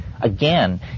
again